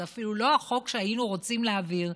זה אפילו לא החוק שהיינו רוצים להעביר,